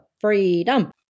freedom